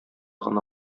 гына